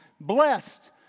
blessed